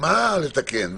מה לתקן,